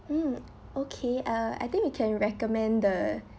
mm okay uh I think we can recommend the